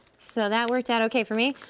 so that worked out okay for me,